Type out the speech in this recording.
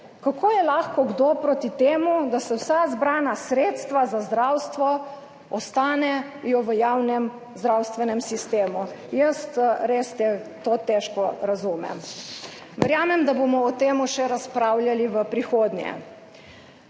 Kako je lahko kdo proti temu, da vsa zbrana sredstva za zdravstvo ostanejo v javnem zdravstvenem sistemu? Jaz res to težko razumem. Verjamem, da bomo o tem še razpravljali v prihodnje.